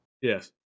Yes